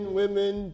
women